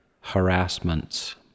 harassments